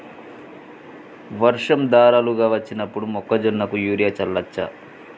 వర్షం ధారలుగా వచ్చినప్పుడు మొక్కజొన్న కు యూరియా చల్లచ్చా?